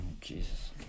Jesus